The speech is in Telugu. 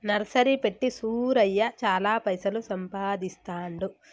నర్సరీ పెట్టి సూరయ్య చాల పైసలు సంపాదిస్తాండు